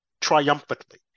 triumphantly